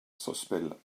sospel